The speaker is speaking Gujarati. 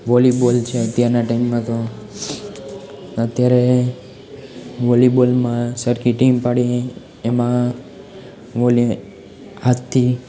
વોલીબોલ છે અત્યારના ટાઈમમાં તો અત્યારે વોલીબોલમાં સરખી ટીમ પાડી એમાં હાથથી